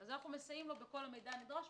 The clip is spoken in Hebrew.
אז אנחנו מסייעים לו בכל המידע הנדרש,